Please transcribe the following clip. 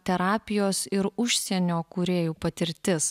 terapijos ir užsienio kūrėjų patirtis